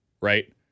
right